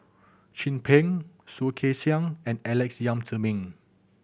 Chin Peng Soh Kay Siang and Alex Yam Ziming